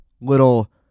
Little